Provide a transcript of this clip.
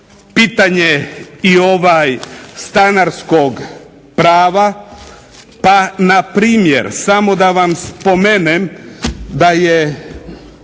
pitanje i stanarskog prava, pa na primjer samo da vam spomenem da je